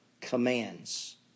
commands